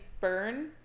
burn